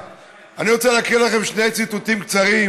אני רוצה להקריא לכם שני ציטוטים קצרים